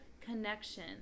connection